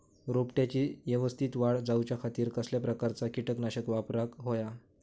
रोपट्याची यवस्तित वाढ जाऊच्या खातीर कसल्या प्रकारचा किटकनाशक वापराक होया?